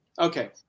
okay